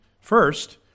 First